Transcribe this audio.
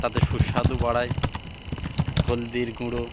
তাতে সুস্বাদু বাড়ায় হলদির গুঁড়ো